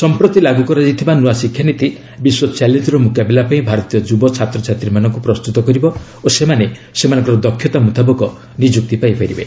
ସଂପ୍ରତି ଲାଗୁ କରାଯାଇଥିବା ନୂଆ ଶିକ୍ଷାନୀତି ବିଶ୍ୱ ଚ୍ୟାଲେଞ୍ଜର ମୁକାବିଲା ପାଇଁ ଭାରତୀୟ ଯୁବଛାତ୍ରଛାତ୍ରୀଙ୍କୁ ପ୍ରସ୍ତୁତ କରିବ ଓ ସେମାନେ ସେମାନଙ୍କର ଦକ୍ଷତା ମ୍ରତାବକ ନିଯୁକ୍ତି ପାଇପାରିବେ